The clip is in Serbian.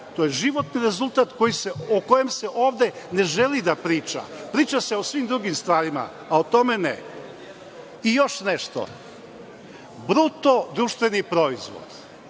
to je životni rezultat o kojem se ovde ne želi da priča. Priča se o svim drugim stvarima, a o tome ne. I još nešto, BDP, vi znate